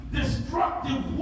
destructive